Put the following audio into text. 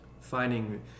finding